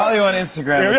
um you on instagram,